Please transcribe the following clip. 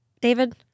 David